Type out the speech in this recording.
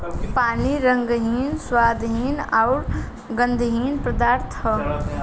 पानी रंगहीन, स्वादहीन अउरी गंधहीन पदार्थ ह